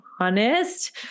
honest